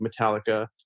Metallica